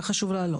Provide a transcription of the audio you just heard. וחשוב להעלות.